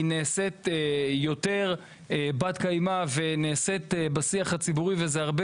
היא נעשית יותר בת קיימא ונעשית בשיח הציבורי וזה הרבה